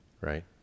right